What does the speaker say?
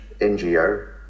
NGO